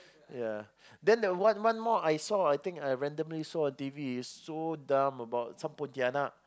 yeah then the wife one more I saw I think I randomly saw is so dumb about some pontianak